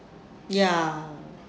ya